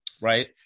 Right